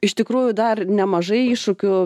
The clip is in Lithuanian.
iš tikrųjų dar nemažai iššūkių